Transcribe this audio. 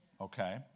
okay